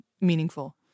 meaningful